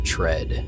Tread